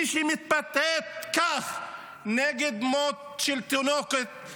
מי שמתבטאת כך נגד מות של תינוקת,